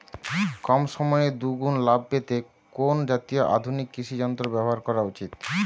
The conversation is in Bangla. কম সময়ে দুগুন লাভ পেতে কোন জাতীয় আধুনিক কৃষি যন্ত্র ব্যবহার করা উচিৎ?